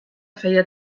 feia